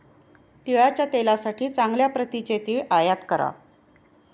तिळाच्या तेलासाठी चांगल्या प्रतीचे तीळ आयात करा